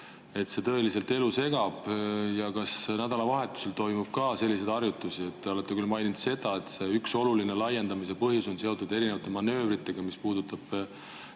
et see tõeliselt elu segab, ja kas nädalavahetustel toimub ka selliseid harjutusi. Te olete küll maininud seda, et üks oluline laiendamise põhjus on seotud erinevate manöövritega, mis puudutab